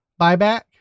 buyback